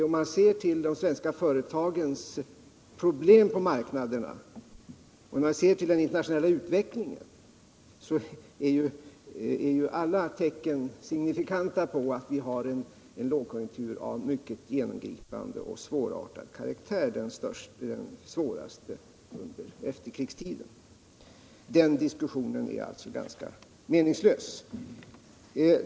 Om man ser till de svenska företagens problem på marknaderna och till den internationella utvecklingen, så tyder alla tecken på ett signifikant sätt på en lågkonjunktur av mycket genomgripande och svårartad karaktär, den svåraste under efterkrigstiden. Den diskussionen är alltså ganska meningslös.